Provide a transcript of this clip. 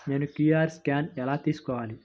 నేను QR scan ఎలా తీసుకోవాలి?